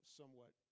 somewhat